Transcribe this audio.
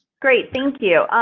great. thank you.